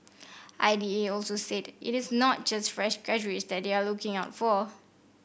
I D A also said it is not just fresh graduates that they are looking out for